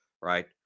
right